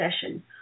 session